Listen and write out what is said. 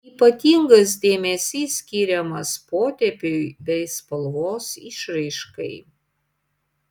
ypatingas dėmesys skiriamas potėpiui bei spalvos išraiškai